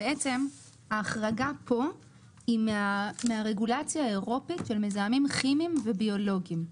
ההחרגה פה היא מהרגולציה האירופית של מזהמים כימיים וביולוגים.